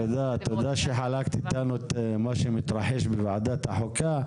תודה שחלקת איתנו את מה שמתרחש בוועדת החוקה.